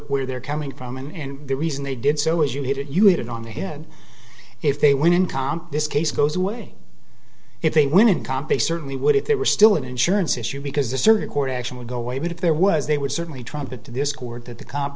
where they're coming from in the reason they did so as you hit it you had it on the head if they win in comp this case goes away if they win in comp a certainly would if they were still an insurance issue because the circuit court action would go away but if there was they would certainly trumpet to this court that the co